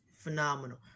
phenomenal